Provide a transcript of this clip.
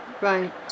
Right